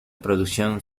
producción